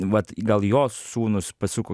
vat gal jos sūnūs pasuko